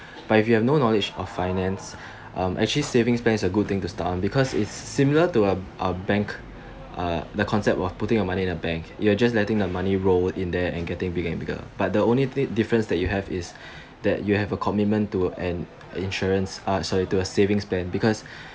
but if you have no knowledge of finance um actually savings plan is good thing to start on because it's similar to a uh bank uh the concept of putting your money in a bank you are just letting the money roll in there and getting bigger and bigger but the only big difference that you have is that you have a commitment to an insurance uh sorry to a saving plan because